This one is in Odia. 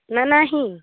ନା ନାହିଁ